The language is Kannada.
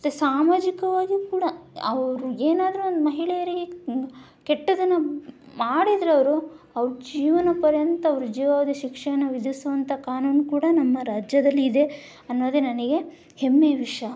ಮತ್ತೆ ಸಾಮಾಜಿಕವಾಗಿ ಕೂಡ ಅವರು ಏನಾದರೂ ಒಂದು ಮಹಿಳೆಯರಿಗೆ ಕೆಟ್ಟದನ್ನು ಮಾಡಿದರೆ ಅವರು ಅವರು ಜೀವನಪರ್ಯಂತ ಅವರು ಜೀವಾವಧಿ ಶಿಕ್ಷೆಯನ್ನು ವಿಧಿಸುವಂಥ ಕಾನೂನು ಕೂಡ ನಮ್ಮ ರಾಜ್ಯದಲ್ಲಿ ಇದೆ ಅನ್ನೋದೇ ನನಗೆ ಹೆಮ್ಮೆಯ ವಿಷಯ